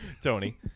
Tony